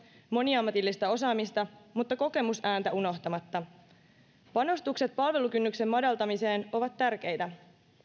moniammatillista osaamista mutta kokemusääntä unohtamatta panostukset palvelukynnyksen madaltamiseen ovat tärkeitä